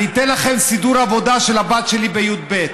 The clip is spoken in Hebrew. אני אתן לכם סידור עבודה של הבת שלי בי"ב: